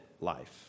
life